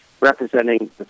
representing